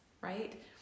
right